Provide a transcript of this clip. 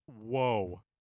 Whoa